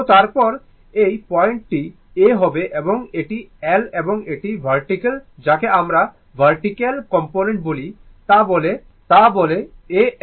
তো তারপর এই পয়েন্টটি A হবে এবং এটি L এবং এটি ভার্টিকেল যাকে আমরা ভার্টিকেল কম্পোনেন্ট বলি তা বলে A N